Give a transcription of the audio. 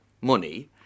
money